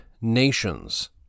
nations